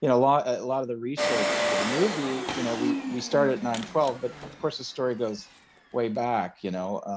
you know lot a lot of the research for the movie, you know, we we start at nine twelve but of course the story goes way back, you know.